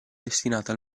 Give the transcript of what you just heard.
destinata